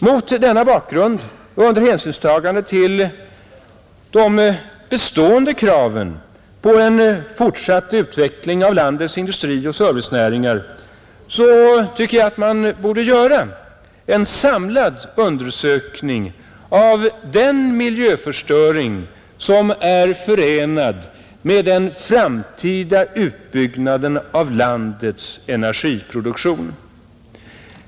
Mot denna bakgrund och under hänsynstagande till de bestående kraven på en fortsatt utveckling av landets industri och servicenäringar tycker jag att man borde göra en samlad undersökning av den miljöförstöring som är förenad med den framtida utbyggnaden av landets energiproduktion.